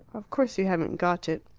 of course you haven't got it.